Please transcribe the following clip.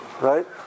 right